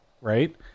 right